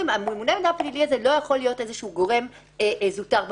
ממונה מידע פלילי לא יכול להיות איזה שהוא גורם זוטר במשרד,